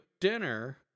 dinner